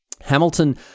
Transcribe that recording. Hamilton